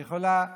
היא יכולה לעלות.